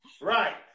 Right